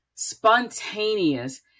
spontaneous